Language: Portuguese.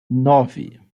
nove